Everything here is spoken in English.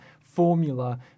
formula